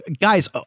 Guys